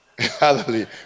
Hallelujah